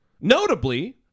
notably